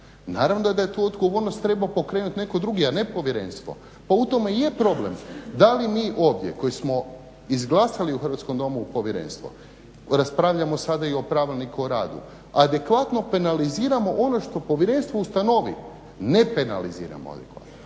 Naravno da je tu odgovornost trebao pokrenuti netko drugi, a ne povjerenstvo. Pa u tome i je problem da li mi ovdje koji smo izglasali u Hrvatskom domu povjerenstvo raspravljamo sada i o pravilniku o radu adekvatno penaliziramo što povjerenstvo ustanovi, ne penelariziramo adekvatno,